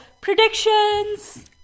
predictions